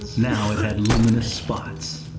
now it had luminous spots.